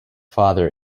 father